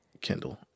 Kendall